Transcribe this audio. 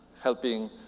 helping